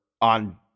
on